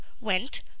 went